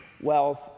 wealth